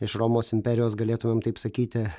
iš romos imperijos galėtumėm taip sakyti